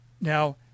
Now